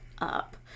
up